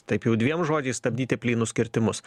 taip jau dviem žodžiais stabdyti plynus kirtimus